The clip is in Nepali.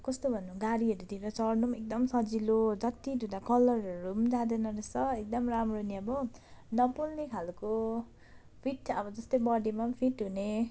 अब कस्तो भन्नु गाडीहरूतिर चढ्न एकदम सजिलो जति धुँदा कलरहरू जाँदैन रहेछ एकदम राम्रो नि अब नपोल्ने खाले फिट अब जस्तै बडीमा फिट हुने